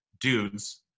dudes